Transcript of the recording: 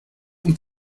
und